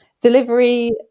delivery